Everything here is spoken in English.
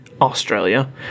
Australia